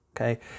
Okay